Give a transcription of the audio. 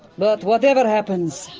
but whatever happens,